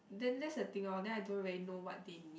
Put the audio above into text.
then that's the thing lor then I don't really know what they mean